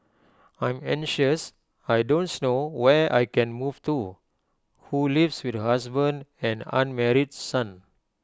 I'm anxious I don't know where I can move to who lives with her husband and unmarried son